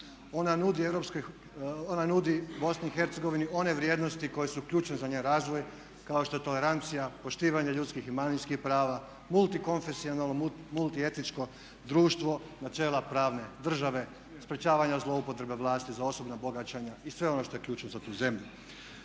Hercegovini one vrijednosti koje su ključne za njen razvoj kao što je tolerancija, poštivanje ljudskih i manjinskih prava, multikonfesionalno, multietičko društvo, načela pravne države, sprječavanja zloupotrebe vlasti za osobna bogaćenja i sve ono što je ključno za tu zemlju.